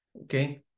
okay